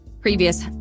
previous